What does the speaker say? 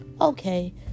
okay